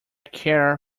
care